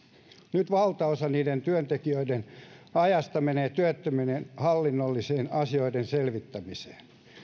nyt valtaosa niiden työntekijöiden ajasta menee työttömien hallinnollisten asioiden selvittämiseen